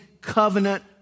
covenant